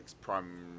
prime